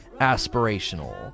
aspirational